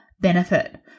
benefit